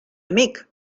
amic